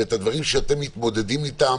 הדברים שאתם מתמודדים אתם,